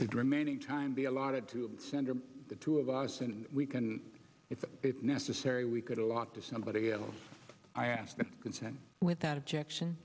think remaining time be allotted to center the two of us and we can if necessary we could allot to somebody else i ask consent without objection